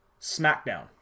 Smackdown